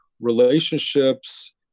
relationships